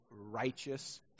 righteous